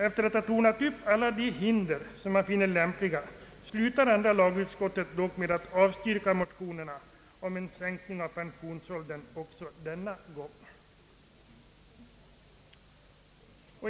Efter att ha tornat upp alla de hinder som andra lagutskottet finner lämpliga, slutar andra lagutskottet dock med att avstyrka motionerna om en sänkning av pensionsåldern också denna gång.